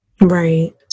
Right